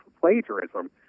plagiarism